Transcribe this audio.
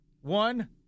one